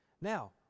Now